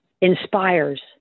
inspires